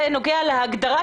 אגב,